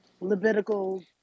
Levitical